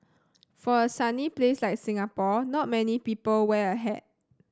for a sunny place like Singapore not many people wear a hat